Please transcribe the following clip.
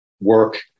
work